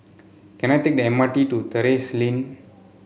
can I take the M R T to Terrasse Lane